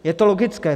Je to logické.